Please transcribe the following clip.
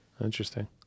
Interesting